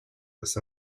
this